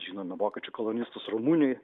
žinome vokiečių kolonistus rumunijoj